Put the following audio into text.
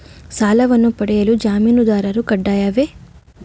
ಸಾಲವನ್ನು ಪಡೆಯಲು ಜಾಮೀನುದಾರರು ಕಡ್ಡಾಯವೇ?